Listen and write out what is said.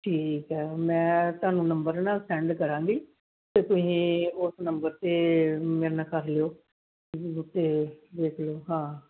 ਠੀਕ ਆ ਮੈਂ ਤੁਹਾਨੂੰ ਨੰਬਰ ਨਾ ਸੈਂਡ ਕਰਾਂਗੀ ਅਤੇ ਤੁਸੀਂ ਓਸ ਨੰਬਰ 'ਤੇ ਮੇਰੇ ਨਾਲ ਕਰ ਲਿਓ ਦੇਖ ਲਿਓ ਹਾਂ